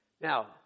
Now